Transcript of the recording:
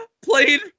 played